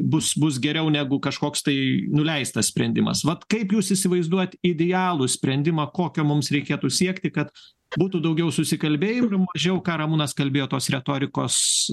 bus bus geriau negu kažkoks tai nuleistas sprendimas vat kaip jūs įsivaizduojat idealų sprendimą kokio mums reikėtų siekti kad būtų daugiau susikalbėjimo mažiau ką ramūnas kalbėjo tos retorikos